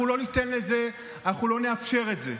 אנחנו לא ניתן לזה, אנחנו לא נאפשר את זה.